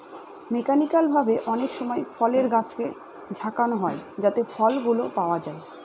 mechanical ভাবে অনেকসময় ফলের গাছকে ঝাঁকানো হয় যাতে ফলগুলো পাওয়া যায়